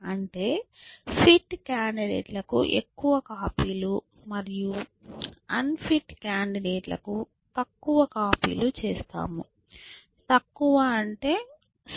అంటే fit candidate లకు ఎక్కువ కాపీలు మరియు అన్ఫిట్ కాండిడేట్ లకు తక్కువ కాపీలు చేస్తాము తక్కువ అంటే ౦